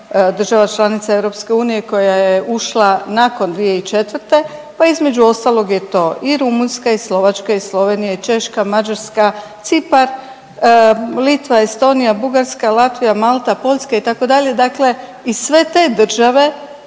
država članica EU koja je ušla nakon 2004., pa između ostalog je to i Rumunjska i Slovačka i Slovenija i Češka, Mađarska, Cipar, Litva, Estonija, Bugarska, Latvija, Malta, Poljska itd., dakle i sve te države